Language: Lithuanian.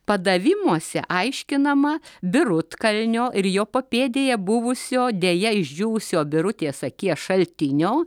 padavimuose aiškinama birutkalnio ir jo papėdėje buvusio deja išdžiūvusio birutės akies šaltinio